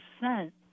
percent